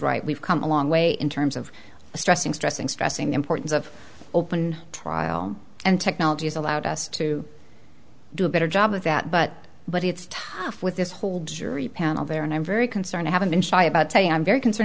right we've come a long way in terms of stressing stressing stressing the importance of open trial and technology has allowed us to do a better job of that but but it's tough with this whole jury panel there and i'm very concerned i haven't been shy about saying i'm very concerned